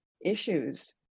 issues